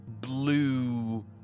blue